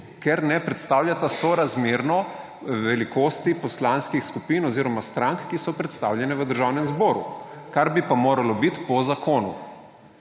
ker ne predstavljata sorazmerno velikosti poslanskih skupin oziroma strank, ki so predstavljane v Državnem zboru. Kar bi pa moralo biti po zakonu.